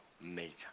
nature